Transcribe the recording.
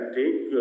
take